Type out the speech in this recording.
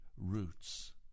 roots